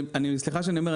סליחה שאני אומר,